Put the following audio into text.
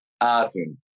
awesome